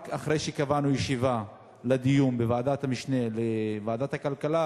רק אחרי שקבענו ישיבה בוועדת המשנה לוועדת הכלכלה